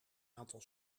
aantal